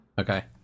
Okay